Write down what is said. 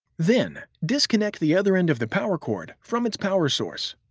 then, disconnect the other end of the power cord from its power source.